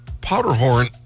Powderhorn